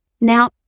Now